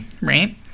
Right